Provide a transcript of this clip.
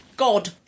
God